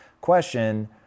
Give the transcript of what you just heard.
question